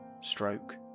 stroke